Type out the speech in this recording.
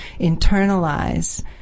internalize